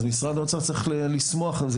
אז משרד האוצר צריך לשמוח על זה.